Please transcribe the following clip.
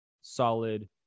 solid